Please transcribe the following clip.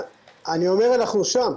אני אומר שאנחנו שם.